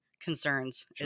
concerns